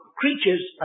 creatures